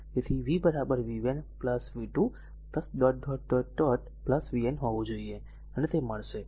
તેથી v v 1 v 2 dot dot dot dot dot vn હોવું જોઈએ તે મળશે